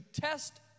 test